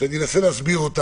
אני אנסה להסביר,